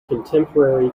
contemporary